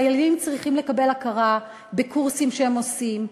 חיילים צריכים לקבל הכרה בקורסים שהם עושים,